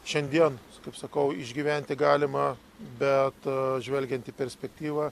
šiandien kaip sakau išgyventi galima bet žvelgiant į perspektyvą